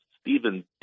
Stephen